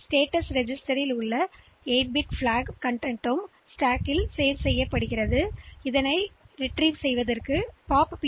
W செய்ய விரும்பினால் அந்த மதிப்புகள் ஸ்டேக்கின் மேலிருந்து எடுத்து ஒரு மற்றும் பி